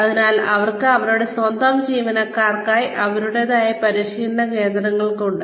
അതിനാൽ അവർക്ക് അവരുടെ സ്വന്തം ജീവനക്കാർക്കായി അവരുടേതായ പരിശീലന കേന്ദ്രങ്ങളുണ്ട്